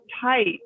tight